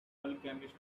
alchemist